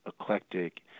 eclectic